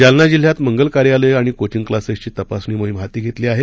जालना जिल्ह्यात मंगल कार्यालयं आणि कोचिंग क्लासेसची तपासणी मोहीम हाती घेतली आहे